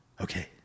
okay